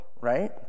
right